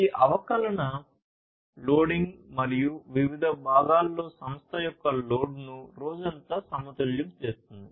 ఈ అవకలన లోడింగ్ మరియు వివిధ భాగాలలో సంస్థ యొక్క లోడ్ను రోజంతా సమతుల్యం చేస్తుంది